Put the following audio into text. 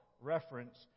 reference